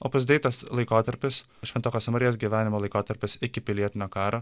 opus dei tas laikotarpis švento chosė marijos gyvenimo laikotarpis iki pilietinio karo